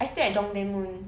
I stayed at dongdaemun